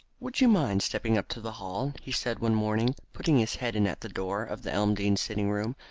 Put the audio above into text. would you mind stepping up to the hall? he said one morning, putting his head in at the door of the elmdene sitting-room.